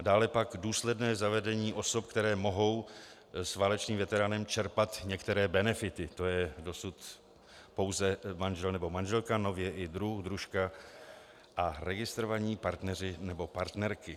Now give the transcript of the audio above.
Dále pak důsledné zavedení osob, které mohou s válečným veteránem čerpat některé benefity, tj. dosud pouze manžel nebo manželka, nově i druh, družka a registrovaní partneři nebo partnerky.